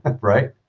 right